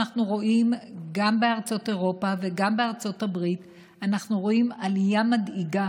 אנחנו רואים גם בארצות אירופה וגם בארצות הברית עלייה מדאיגה